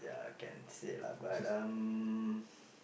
ya can say lah but um